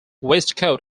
waistcoat